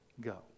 go